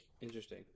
Interesting